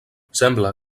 sembla